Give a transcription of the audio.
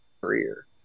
career